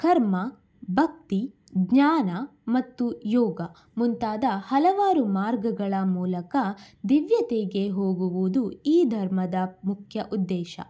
ಕರ್ಮ ಭಕ್ತಿ ಜ್ಞಾನ ಮತ್ತು ಯೋಗ ಮುಂತಾದ ಹಲವಾರು ಮಾರ್ಗಗಳ ಮೂಲಕ ದಿವ್ಯತೆಗೆ ಹೋಗುವುದು ಈ ಧರ್ಮದ ಮುಖ್ಯ ಉದ್ದೇಶ